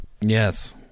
Yes